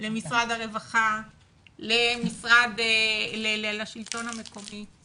למשרד הרווחה, לשלטון המקומי.